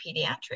pediatrics